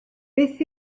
beth